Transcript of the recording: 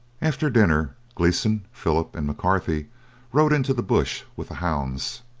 after dinner gleeson, philip, and mccarthy rode into the bush with the hounds.